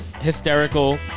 hysterical